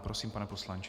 Prosím, pane poslanče.